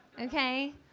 okay